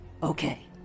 Okay